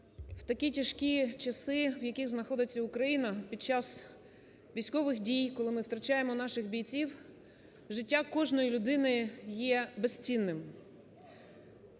в такі тяжкі часи, в яких знаходиться Україна під час військових дій, коли ми втрачаємо наших бійців, життя кожної людини є безцінним.